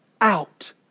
out